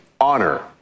honor